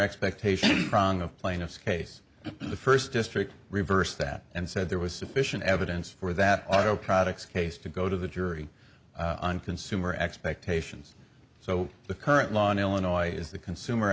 expectation of plaintiff's case in the first district reverse that and said there was sufficient evidence for that auto products case to go to the jury on consumer expectations so the current law in illinois is the consumer